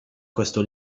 questo